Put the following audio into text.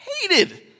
hated